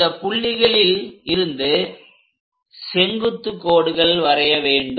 இந்த புள்ளிகளில் இருந்து செங்குத்துக் கோடுகள் வரைய வேண்டும்